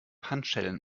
handschellen